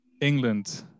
England